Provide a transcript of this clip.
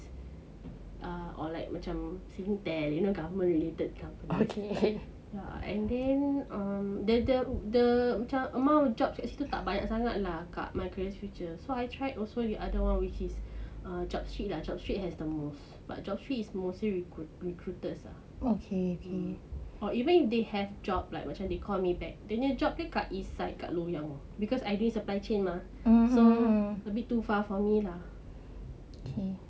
or like macam singtel you know government related jobs ya and then um the the the macam amount of jobs kat situ tak banyak sangat lah kat my career future so I tried also the other one which is job street lah job street has the most but job street is mostly recruit recruiters ah or even if they have job like macam they call me back dia punya job dekat east side dekat loyang because I do supply chain mah so a bit too far for me lah